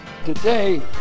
today